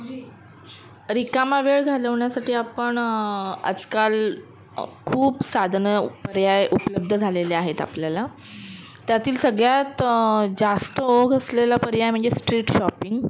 रिकामा वेळ घालवण्यासाठी आपण आजकाल खूप साधनं पर्याय उपलब्ध झालेले आहेत आपल्याला त्यातील सगळ्यात जास्त ओघ असलेला पर्याय म्हणजे स्ट्रीट शॉपिंग